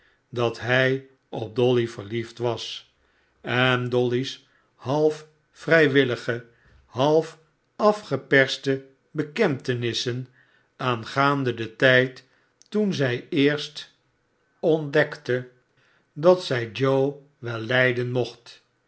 dat hij op dolly verliefd was en dolly's half vrijwillige half afgeperste bekentenissen aangaande den tijd toen zij eerst ontvroolijkheid in den gouden s leu tel dekte dat zij joe wel lijden mocht